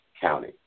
County